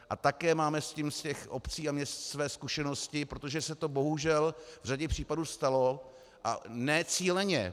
A také máme s tím z těch obcí a měst své zkušenosti, protože se to bohužel v řadě případů stalo, a ne cíleně.